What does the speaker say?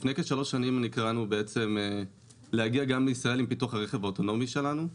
לפני כשלוש שנים נקראנו גם להגיע לישראל עם פיתוח הרכב האוטונומי שלנו.